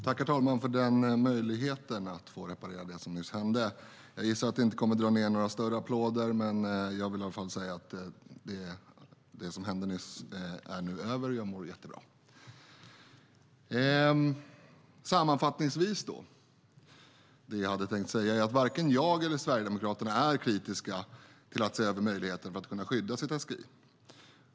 Herr talman! Tack för möjligheten att få avsluta det jag hade tänkt säga! Jag gissar att det inte kommer att dra ned några större applåder, men jag mår bra nu. Sammanfattningsvis vill jag säga att varken jag eller Sverigedemokraterna är kritiska till att se över möjligheterna att skydda SGI:n.